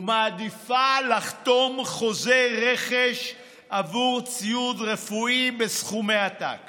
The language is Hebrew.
ומעדיפה לחתום חוזה רכש עבור ציוד רפואי בסכומי עתק